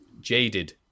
jaded